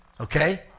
Okay